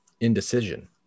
indecision